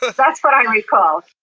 but that's what i recall.